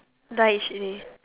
die each a day